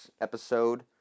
episode